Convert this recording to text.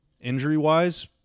injury-wise